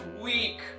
week